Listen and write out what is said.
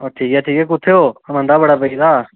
ओ ठीक ऐ ठीक ऐ कुत्थै ओ मंदा बड़ा पेई गेदा